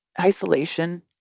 Isolation